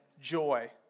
joy